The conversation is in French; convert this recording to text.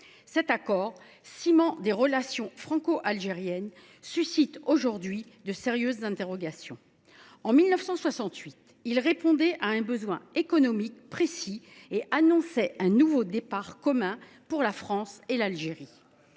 Cet accord, ciment des relations franco algériennes, suscite aujourd’hui de sérieuses interrogations. En 1968, il répondait à un besoin économique précis et annonçait un nouveau départ commun pour la France et l’Algérie.